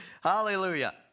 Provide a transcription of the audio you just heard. Hallelujah